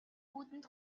үүдэнд